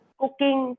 cooking